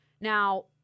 now